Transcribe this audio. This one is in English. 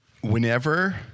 Whenever